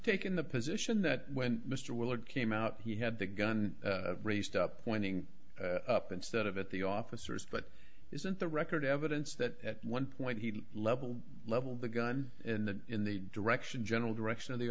taken the position that mr willard came out he had the gun raised up pointing up instead of at the officers but isn't the record evidence that one point he level leveled the gun in the in the direction general direction of the